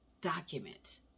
document